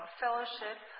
fellowship